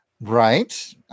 Right